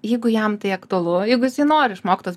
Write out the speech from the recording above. jeigu jam tai aktualu jeigu jisai nori išmokt tuos